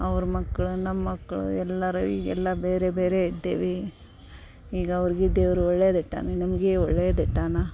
ಅವ್ರ ಮಕ್ಳು ನಮ್ಮ ಮಕ್ಕಳು ಎಲ್ಲರೂ ಈಗೆಲ್ಲ ಬೇರೆ ಬೇರೆ ಇದ್ದೇವೆ ಈಗ ಅವ್ರ್ಗೆ ದೇವರು ಒಳ್ಳೆದು ಇಟ್ಟಾನೆ ನಮಗೆ ಒಳ್ಳೆದು ಇಟ್ಟಾನೆ